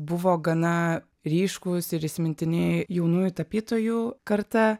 buvo gana ryškūs ir įsimintini jaunųjų tapytojų karta